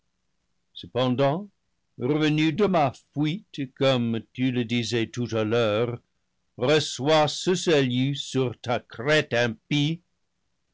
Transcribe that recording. cependant revenu de ma fuite comme tu le disais tout à l'heure reçois ce salut sur ta crête